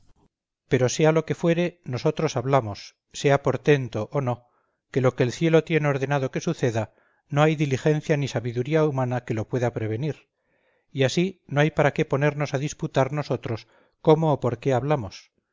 pero sea lo que fuere nosotros hablamos sea portento o no que lo que el cielo tiene ordenado que suceda no hay diligencia ni sabiduría humana que lo pueda prevenir y así no hay para qué ponernos a disputar nosotros cómo o por qué hablamos